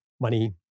money